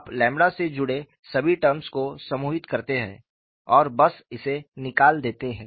आप ƛ से जुड़े सभी टर्म्स को समूहित करते हैं और बस इसे निकाल देते हैं